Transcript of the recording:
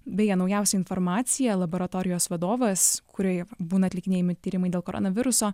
beje naujausia informacija laboratorijos vadovas kurioje būna atlikinėjami tyrimai dėl koronaviruso